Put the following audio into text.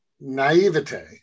naivete